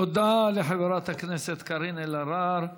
תודה לחברת הכנסת קארין אלהרר.